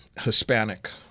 Hispanic